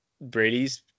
Brady's